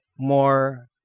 More